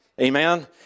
Amen